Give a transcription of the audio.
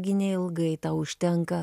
gi neilgai tau užtenka